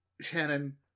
Shannon